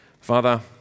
Father